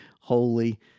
holy